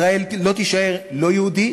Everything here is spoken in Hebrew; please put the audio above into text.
ישראל לא תישאר לא יהודית